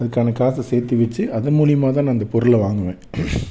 அதற்கான காசை சேர்த்தி வச்சி அதன் முலியமாக தான் நான் அந்த பொருளை வாங்குவேன்